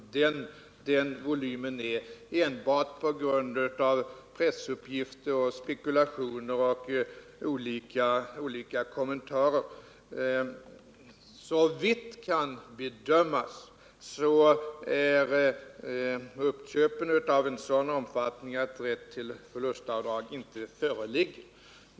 Inte heller bör man på denna grundval dra den bestämda slutsatsen att det är fråga om skatteflykt och i så fall om vilken omfattning denna har. Såvitt kan bedömas är uppköpen av en sådan omfattning att rätt till förlustavdrag inte föreligger.